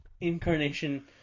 incarnation